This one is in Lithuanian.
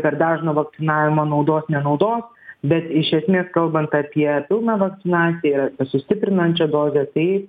per dažno vakcinavimo naudos ne naudos bet iš esmės kalbant apie pilną vakcinaciją ir apie sustiprinančią dozę tai